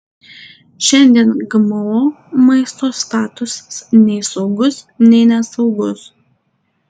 šiandien gmo maisto statusas nei saugus nei nesaugus